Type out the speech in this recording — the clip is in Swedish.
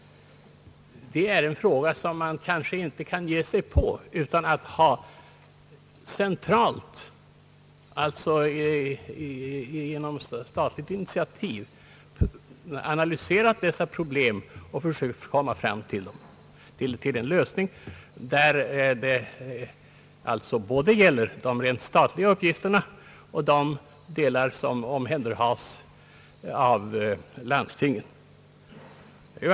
Det är en fråga som man inte kan ge sig på utan att problemen blivit analyserade centralt — alltså genom statligt initiativ — och man försökt komma fram till en lösning som avser både de rent statliga uppgifterna och de uppgifter som omhänderhas av landstingen.